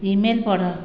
email ପଢ଼